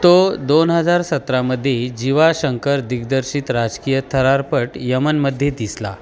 तो दोन हजार सतरामध्ये जिवा शंकर दिग्दर्शित राजकीय थरारपट यमनमध्ये दिसला